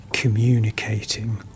communicating